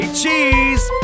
cheese